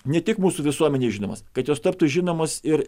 ne tik mūsų visuomenėj žinomas kad jos taptų žinomos ir